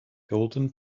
golden